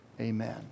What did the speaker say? amen